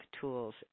tools